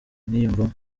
umwiyumvamo